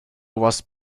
was